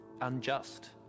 unjust